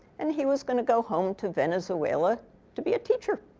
and he was going to go home to venezuela to be a teacher.